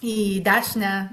į dešinę